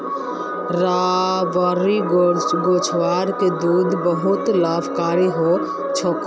rubber गाछेर दूध बहुत लाभकारी ह छेक